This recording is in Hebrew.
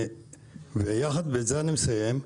ועם זה אני מסיים,